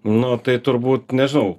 nu tai turbūt nežinau